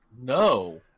No